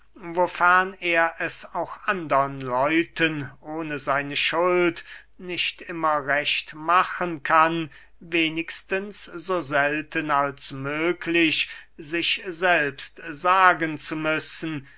wofern er es auch andern leuten ohne seine schuld nicht immer recht machen kann wenigstens so selten als möglich sich selbst sagen zu müssen